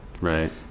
right